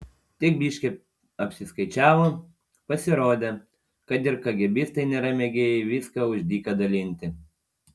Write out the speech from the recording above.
tik biški apsiskaičiavo pasirodė kad ir kagėbistai nėra mėgėjai viską už dyką dalinti